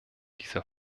dieser